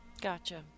Gotcha